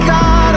God